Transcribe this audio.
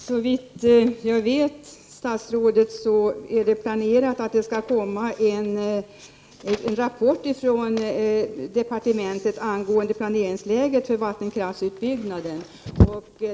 Herr talman! Såvitt jag vet är det tänkt att det skall komma en rapport från departementet angående planeringsläget för vattenkraftsutbyggnaden.